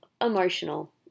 emotional